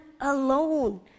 alone